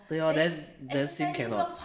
对 lor then sing cannot